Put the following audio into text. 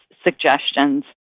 suggestions